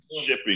shipping